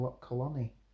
Colony